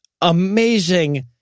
amazing